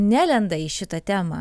nelenda į šitą temą